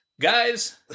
Guys